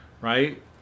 Right